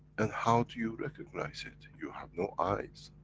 and how do you recognize it? you have no eyes,